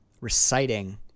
reciting